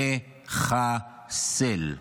נחסל.